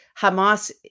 Hamas